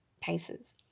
paces